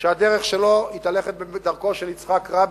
שהדרך שלו היא ללכת בדרכו של יצחק רבין,